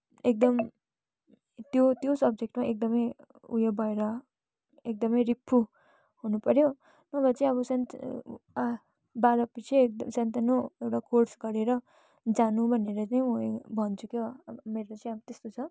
एकदम त्यो त्यो सब्जेक्टमा एकदमै उयो भएर एकदमै रिप्फू हुनुपऱ्यो नभए चाहिँ अब बाह्र पिछे सानोतिनो एउटा कोर्स गरेर जानु भनेर नै भन्छु के अब मेरो चाहिँ अब त्यस्तो छ